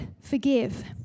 forgive